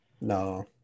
No